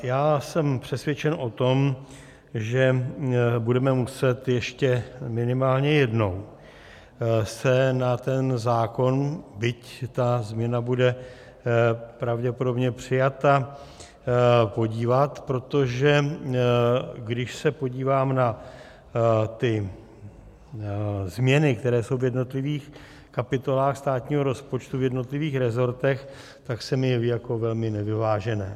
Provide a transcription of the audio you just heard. Já jsem přesvědčen o tom, že se budeme muset ještě minimálně jednou na ten zákon, byť ta změna bude pravděpodobně přijata, podívat, protože když se podívám na ty změny, které jsou v jednotlivých kapitolách státního rozpočtu, v jednotlivých resortech, tak se mi jeví jako velmi nevyvážené.